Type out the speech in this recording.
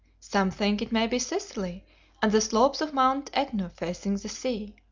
some think it may be sicily and the slopes of mount etna facing the sea.